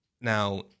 Now